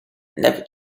never